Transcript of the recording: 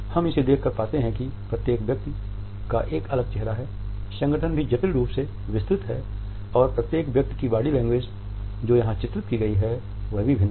हम इसे देख कर पाते है कि प्रत्येक व्यक्ति का एक अलग चेहरा है संगठन भी जटिल रूप से विस्तृत है और प्रत्येक व्यक्ति की बॉडी लैंग्वेज जो यहां चित्रित की गई है वह भी भिन्न है